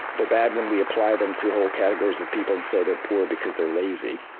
they're bad when we apply them to whole categories of people and say they're poor because they're lazy.